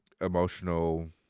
emotional